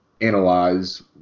analyze